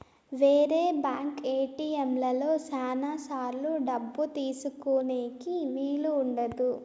వేరే బ్యాంక్ ఏటిఎంలలో శ్యానా సార్లు డబ్బు తీసుకోనీకి వీలు ఉండదు